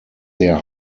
der